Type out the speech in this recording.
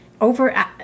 over